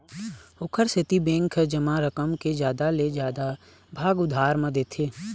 ओखर सेती बेंक ह जमा रकम के जादा ले जादा भाग उधार म देथे